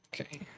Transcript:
Okay